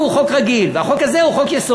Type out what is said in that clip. הוא חוק רגיל והחוק הזה הוא חוק-יסוד.